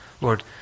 Lord